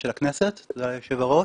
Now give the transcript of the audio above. תודה ליושב ראש.